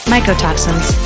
Mycotoxins